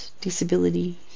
disability